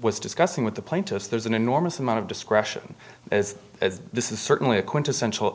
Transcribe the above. was discussing with the plaintiffs there's an enormous amount of discretion as this is certainly a quintessential